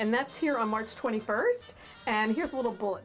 and that's here on march twenty first and here's a little b